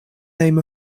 name